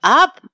up